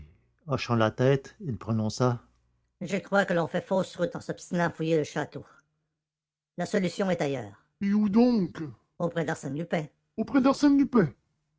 hochant la tête il prononça je crois que l'on fait fausse route en s'obstinant à fouiller le château la solution est ailleurs et où donc auprès d'arsène lupin auprès d'arsène lupin